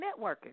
networking